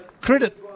credit